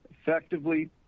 effectively